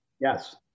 yes